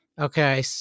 Okay